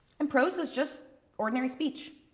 and prose is just ordinary speech,